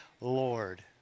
Lord